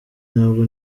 ntabwo